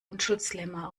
unschuldslämmer